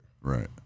right